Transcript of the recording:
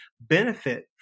benefit